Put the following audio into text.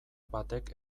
batek